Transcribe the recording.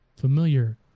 Familiar